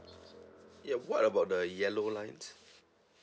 ya what about the yellow lines